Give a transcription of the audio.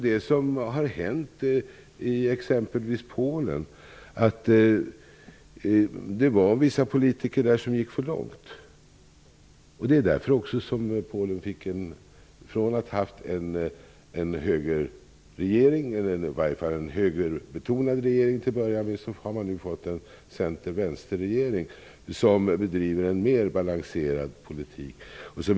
Detta har hänt i exempelvis Vissa politiker där gick för långt. Från att ha haft en högerbetonad regering har Polen nu fått en center-- vänster-regering som bedriver en mer balanserad politik.